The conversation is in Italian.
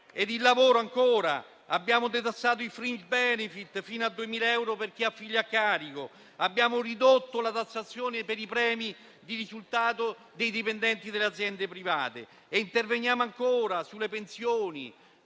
Sul lavoro abbiamo detassato i *fringe benefit* fino a 2.000 euro per chi ha figli a carico; abbiamo ridotto la tassazione per i premi di risultato dei dipendenti delle aziende private e interveniamo ancora sulle pensioni;